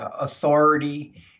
authority